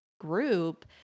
group